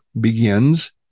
begins